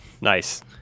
Nice